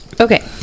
Okay